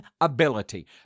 ability